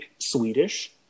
Swedish